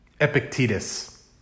Epictetus